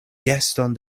geston